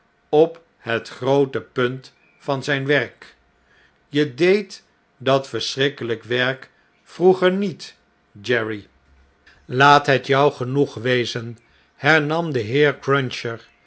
op het groote punt van zp werk gre deedt dat verschrikkelp werk vroeger niet jerry laat het jou genoeg wezen hernam de heer cruncher